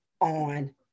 on